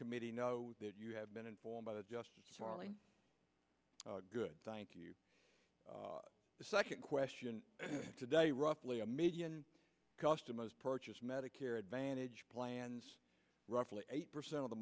committee know that you have been informed by the just following good thank you the second question today roughly a million customers purchase medicare advantage plans roughly eight percent of the